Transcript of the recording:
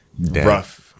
rough